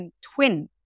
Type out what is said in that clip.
twin